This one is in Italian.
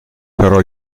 però